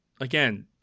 again